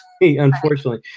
unfortunately